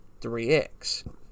3x